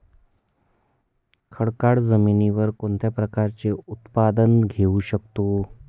खडकाळ जमिनीवर कोणत्या प्रकारचे उत्पादन घेऊ शकतो?